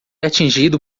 atingido